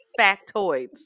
factoids